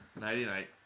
Nighty-night